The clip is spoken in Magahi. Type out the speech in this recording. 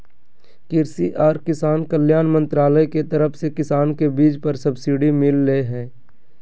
कृषि आर किसान कल्याण मंत्रालय के तरफ से किसान के बीज पर सब्सिडी मिल लय हें